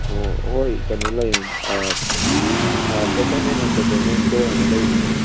ꯑꯣ ꯍꯣꯏ ꯀꯩꯅꯣ ꯐꯦꯁꯟ ꯑꯦꯟ ꯑꯦꯟꯇꯔꯇꯦꯟꯃꯦꯟ ꯏꯁꯇꯣꯔꯑꯅ ꯂꯩꯕꯅꯦꯕ